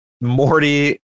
Morty